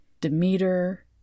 Demeter